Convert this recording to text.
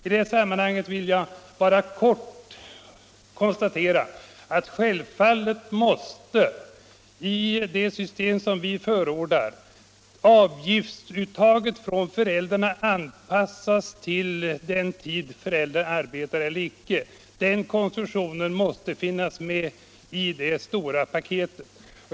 I det sammanhanget vill jag bara kort konstatera att självfallet måste i det system som vi förordar avgiftsuttaget från föräldrarna anpassas till den tid föräldrarna arbetar. Den konstruktionen måste finnas med i det stora paketet.